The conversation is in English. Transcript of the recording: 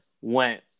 went